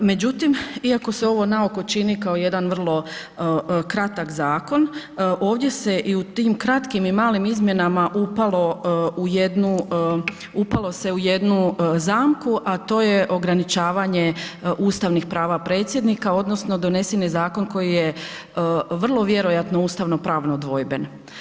Međutim, iako se ovo na oko čini kao jedan vrlo kratak zakon, ovdje se i u tim kratkim i malim izmjenama upalo se u jednu zamku a to je ograničavanje ustavnih prava Predsjednika odnosno donesen je zakon koji je vrlo vjerojatno ustavno-pravno dvojben.